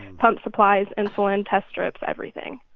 pump supplies, insulin, test strips, everything.